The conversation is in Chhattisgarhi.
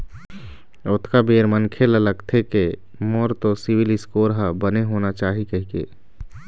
ओतका बेर मनखे ल लगथे के मोर तो सिविल स्कोर ह बने होना चाही कहिके